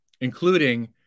including